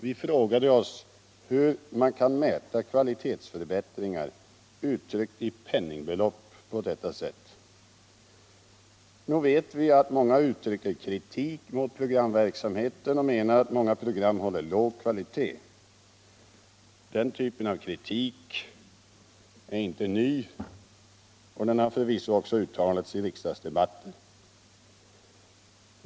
Vi frågade oss hur man kan mäta kvalitetsförbättringar genom att uttrycka dem i penningbelopp på detta sätt. Nog vet vi att många uttrycker kritik mot programverksamheten och menar att många program har för låg kvalitet. Den typen av kritik är inte ny, och den har förvisso också uttalats i riksdagsdebatter.